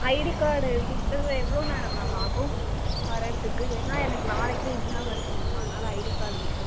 ID card கொடுத்து எவ்வளோ நேரம் மேம் ஆகும் வரதுக்கு ஏன்னால் எனக்கு நாளைக்கே எக்ஸாம் இருக்குது மேம் அதனால் ஐடி கார்டு வேணும்